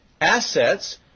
assets